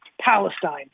Palestine